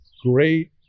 great